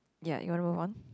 yea you want to move on